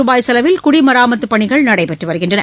ரூபாய் செலவில் குடிமராமத்துப் பணிகள் நடைபெற்று வருகின்றன